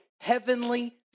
heavenly